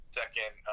second